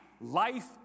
life